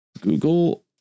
Google